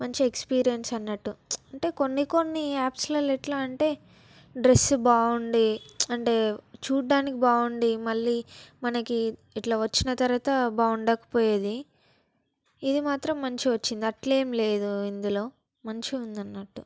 మంచి ఎక్స్పీరియన్స్ అన్నట్టు అంటే కొన్ని కొన్ని యాప్స్లలో ఎట్లా అంటే డ్రస్ బాగుండి అంటే చూడ్డానికి బాగుండి మళ్ళీ మనకి ఇట్లా వచ్చిన తరవాత బాగుండకపోయేది ఇది మాత్రం మంచిగా వచ్చింది అట్లేమి లేదు ఇందులో మంచిగుంది అన్నట్టు